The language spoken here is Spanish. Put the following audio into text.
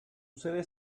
sede